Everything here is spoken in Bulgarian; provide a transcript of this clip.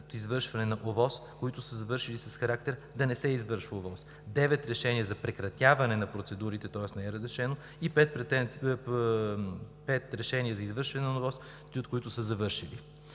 от извършване на ОВОС, които са с характер да не се извършва ОВОС; - 9 решения за прекратяване на процедурите, тоест не е разрешено; - 5 решения за извършване на ОВОС, 3 от които са завършени.